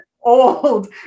old